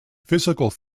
physical